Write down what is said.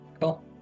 cool